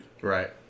right